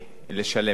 לשלם את זה.